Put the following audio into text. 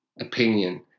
opinion